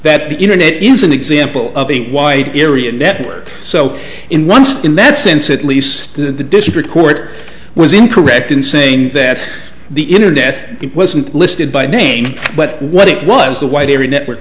that the internet is an example of a wide area network so in once in that sense at least the district court was incorrect in saying that the internet wasn't listed by name but what it was the white every network